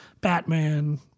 Batman